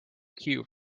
cue